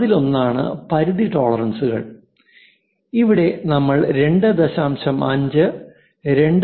അതിലൊന്നാണ് പരിധി ടോളറൻസുകൾ ഇവിടെ നമ്മൾ 2